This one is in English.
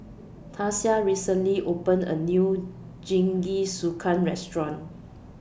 Tasia recently opened A New Jingisukan Restaurant